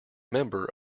member